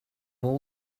all